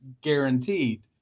guaranteed